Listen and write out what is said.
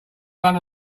run